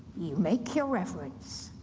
you make your reverence.